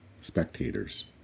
spectators